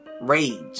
Rage